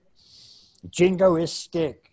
jingoistic